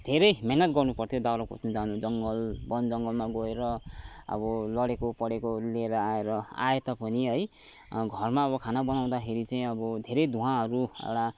धेरै मेहनत गर्नु पर्थ्यो दाउरा खोज्नु जानु जङ्गल वन जङ्गलमा गएर अब लडेको पढेकोहरू लिएर आएर आएता पनि है घरमा अब खाना बनाउँदाखेरि चाहिँ अब धेरै धुँवाहरू एउटा